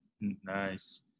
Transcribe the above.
Nice